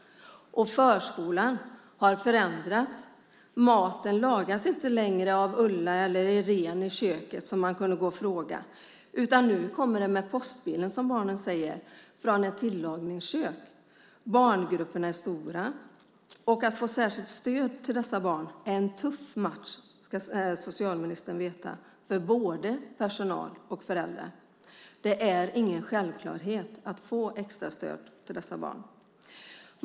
Förskolan har förändrats. Maten lagas inte längre av Ulla eller Irene i köket som man kunde gå och fråga. Nu kommer den med postbilen, som barnen säger, från ett tillagningskök. Barngrupperna är stora. Att få särskilt stöd till dessa barn är en tuff match, ska socialministern veta, för både personal och föräldrar. Det är ingen självklarhet att få extra stöd till dessa barn.